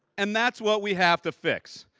and that's what we have to fix.